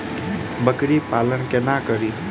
बकरी पालन कोना करि?